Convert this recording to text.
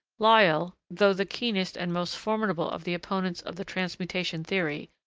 lyell, though the keenest and most formidable of the opponents of the transmutation theory,